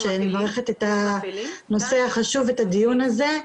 אני מברכת על הנושא החשוב ועל הדיון הזה.